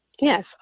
yes